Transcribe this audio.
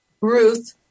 Ruth